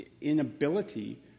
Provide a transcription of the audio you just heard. inability